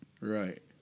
Right